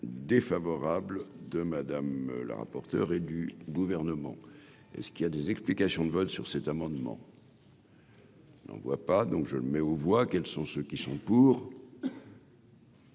défavorable de Madame la rapporteure et du gouvernement, et ce qu'il y a des explications de vote sur cet amendement. On ne voit pas, donc je le mets aux voix, quels sont ceux qui sont pour.